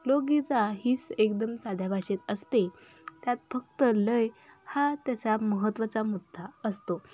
लोकगीता हीस एकदम साध्या भाषेत असते त्यात फक्त लय हा त्याचा महत्वाचा मुद्दा असतो